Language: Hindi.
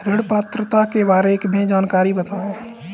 ऋण पात्रता के बारे में जानकारी बताएँ?